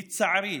לצערי,